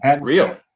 Real